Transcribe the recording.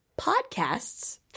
Podcasts